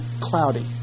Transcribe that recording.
cloudy